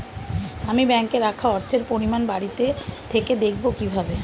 আমি ব্যাঙ্কে রাখা অর্থের পরিমাণ বাড়িতে থেকে দেখব কীভাবে?